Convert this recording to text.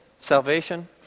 salvation